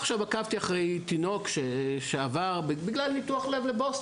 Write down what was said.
עכשיו אני עקבתי אחרי תינוק שעבר לבוסטון בגלל ניתוח לב.